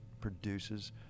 produces